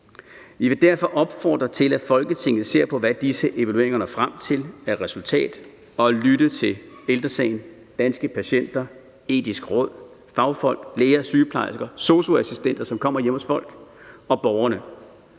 Vi vil derfor opfordre til, at Folketinget ser på, hvad disse evalueringer når frem til af resultat, og lytter til Ældre Sagen, Danske Patienter, Det Etiske Råd, fagfolk, læger, sygeplejersker, sosu-assistenter, som kommer hjemme hos folk, og borgerne.